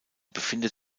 befindet